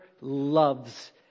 loves